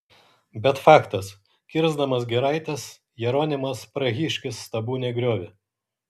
bet faktas kirsdamas giraites jeronimas prahiškis stabų negriovė